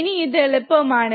ഇനി ഇത് എളുപ്പമാണ്